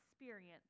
experience